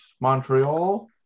Montreal